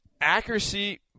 accuracy